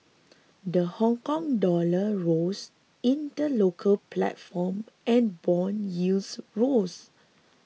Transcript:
the Hongkong dollar rose in the local platform and bond yields rose